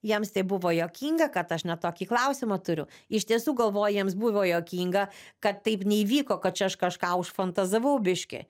jiems tai buvo juokinga kad aš ne tokį klausimą turiu iš tiesų galvoj jiems buvo juokinga kad taip neįvyko kad čia aš kažką užfantazavau biškį